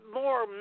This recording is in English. more